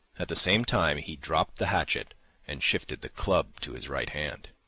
at the same time he dropped the hatchet and shifted the club to his right hand.